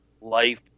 life